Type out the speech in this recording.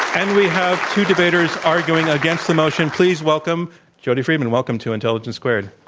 and we have two debaters arguing against the motion. please welcome jody freeman. welcome to intelligence squared.